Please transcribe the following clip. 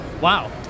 Wow